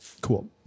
cool